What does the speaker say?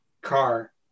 car